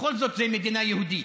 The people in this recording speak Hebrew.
בכל זאת זו מדינה יהודית.